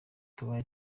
tubaye